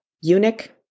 eunuch